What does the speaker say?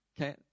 okay